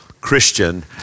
Christian